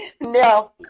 No